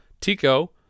Tico